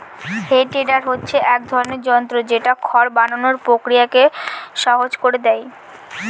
হে tedder হচ্ছে এক ধরনের যন্ত্র যেটা খড় বানানোর প্রক্রিয়াকে সহজ করে দেয়